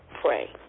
pray